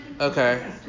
Okay